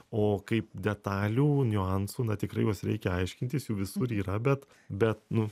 o kaip detalių niuansų tikrai juos reikia aiškintis jų visur yra bet bet nu